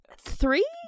three